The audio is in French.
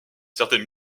certaine